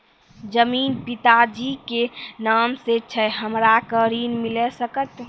जमीन पिता जी के नाम से छै हमरा के ऋण मिल सकत?